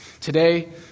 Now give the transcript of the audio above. Today